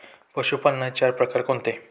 पशुपालनाचे चार प्रकार कोणते?